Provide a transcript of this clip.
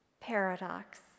paradox